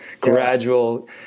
gradual